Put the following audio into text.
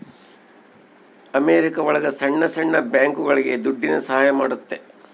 America ಒಳಗ ಸಣ್ಣ ಸಣ್ಣ ಬ್ಯಾಂಕ್ಗಳುಗೆ ದುಡ್ಡಿನ ಸಹಾಯ ಮಾಡುತ್ತೆ